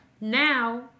Now